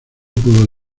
pudo